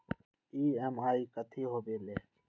EMI कथी होवेले?